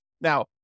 Now